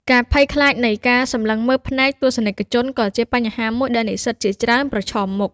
ការភ័យខ្លាចនៃការសម្លឹងមើលភ្នែកទស្សនិកជនក៏ជាបញ្ហាមួយដែលនិស្សិតជាច្រើនប្រឈមមុខ។